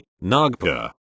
Nagpur